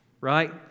right